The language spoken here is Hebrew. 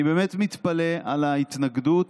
אני באמת מתפלא על ההתנגדות,